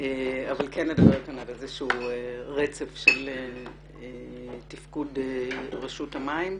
אבל כן נדבר כאן על איזשהו רצף של תפקוד רשות המים.